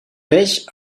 peix